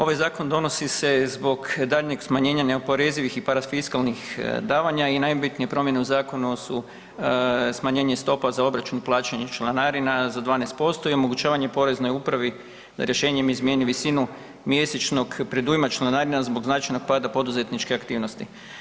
Ovaj zakon donosi se zbog daljnjeg smanjenja neoporezivih i parafiskalnih davanja i najbitnije promjene u zakonu su smanjenje stopa za obračun plaćanja članarina za 12% i omogućavanje poreznoj upravi da rješenjem izmjeni visinu mjesečnog predujma članarine zbog značajnog pada poduzetničke aktivnosti.